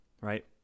right